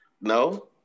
No